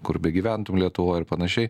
kur begyventum lietuvoj ir panašiai